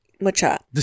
Mucha